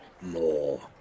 more